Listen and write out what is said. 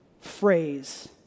phrase